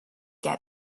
get